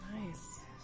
Nice